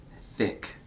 thick